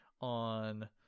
on –